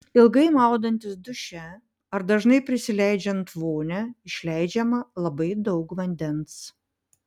ilgai maudantis duše ar dažnai prisileidžiant vonią išleidžiama labai daug vandens